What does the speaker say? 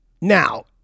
Now